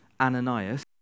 Ananias